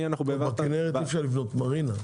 טוב, בכנרת אי אפשר לבנות מרינה.